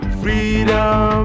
freedom